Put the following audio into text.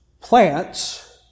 plants